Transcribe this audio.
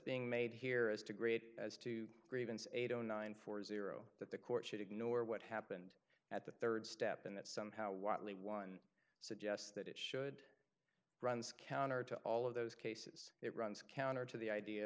being made here as to great as to grievance eight zero nine four zero that the court should ignore what happened at the third step and that somehow watley one suggests that it should runs counter to all of those cases that runs counter to the idea